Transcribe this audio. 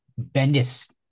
Bendis